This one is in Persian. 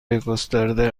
گسترده